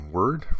word